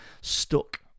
stuck